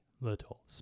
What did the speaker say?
little